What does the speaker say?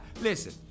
Listen